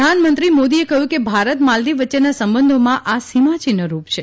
પ્રધાનમંત્રી મોદીએ કહ્યું કે ભારત માલદીવ વચ્ચેના સંબંધોમાં આ સીમાચિન્હરૂપ છે